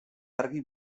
argi